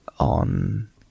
on